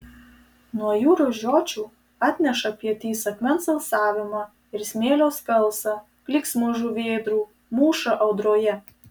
nuo jūros žiočių atneša pietys akmens alsavimą ir smėlio skalsą klyksmus žuvėdrų mūšą audroje